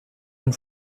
une